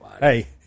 Hey